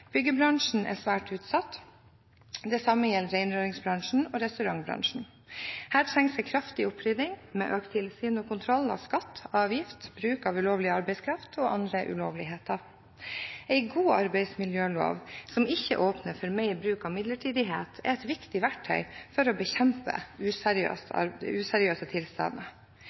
Byggebransjen er svært utsatt. Det samme gjelder rengjøringsbransjen og restaurantbransjen. Her trengs det kraftig opprydning med økt tilsyn og kontroll av skatt, avgift, bruk av ulovlig arbeidskraft og andre ulovligheter. En god arbeidsmiljølov som ikke åpner for mer bruk av midlertidighet, er et viktig verktøy for å bekjempe